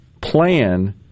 plan